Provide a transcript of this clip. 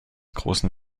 großen